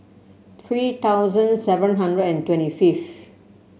three thousand seven hundred and twenty fifth